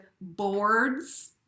boards